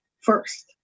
first